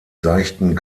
seichten